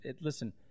listen